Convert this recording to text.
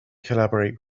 collaborate